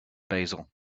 basil